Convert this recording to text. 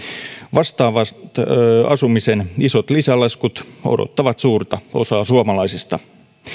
vastaavat asumisen isot lisälaskut odottavat suurta osaa suomalaisista